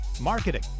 marketing